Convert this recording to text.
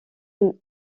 une